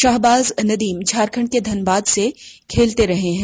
शाहबाज नदीम झारखंड के धनबाद से खेलते रहे हैं